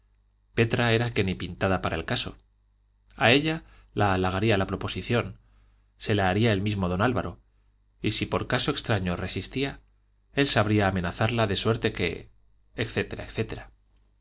petra era que ni pintada para el caso a ella la halagaría la proposición se la haría el mismo don álvaro y si por caso extraño resistía él sabría amenazarla de suerte que